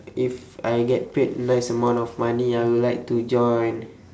if I get paid nice amount of money I would like to join